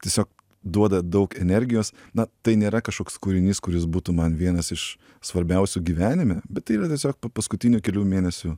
tiesiog duoda daug energijos na tai nėra kažkoks kūrinys kuris būtų man vienas iš svarbiausių gyvenime bet tai yra tiesiog pa paskutinių kelių mėnesių